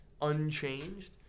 unchanged